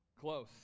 close